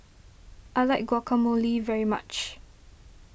I like Guacamole very much